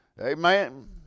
Amen